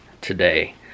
today